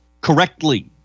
correctly